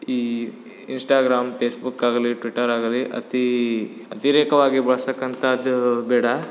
ಈ Instagram Facebook ಆಗಲಿ Twitter ಆಗಲಿ ಅತೀ ಅತಿರೇಕವಾಗಿ ಬಳಸ್ತಕ್ಕಂಥದ್ದು ಬೇಡ